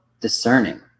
discerning